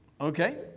Okay